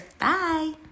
Bye